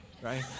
Right